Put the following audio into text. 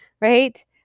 right